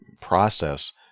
process